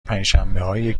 پنجشنبههایی